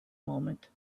moment